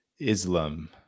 Islam